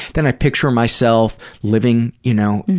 then i picture myself living, you know,